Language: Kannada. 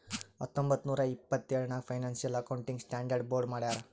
ಹತ್ತೊಂಬತ್ತ್ ನೂರಾ ಎಪ್ಪತ್ತೆಳ್ ನಾಗ್ ಫೈನಾನ್ಸಿಯಲ್ ಅಕೌಂಟಿಂಗ್ ಸ್ಟಾಂಡರ್ಡ್ ಬೋರ್ಡ್ ಮಾಡ್ಯಾರ್